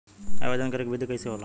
आवेदन करे के विधि कइसे होला?